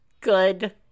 good